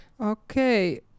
okay